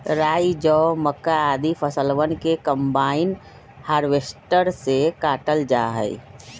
राई, जौ, मक्का, आदि फसलवन के कम्बाइन हार्वेसटर से काटल जा हई